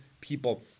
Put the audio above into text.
people